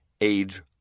Age